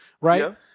right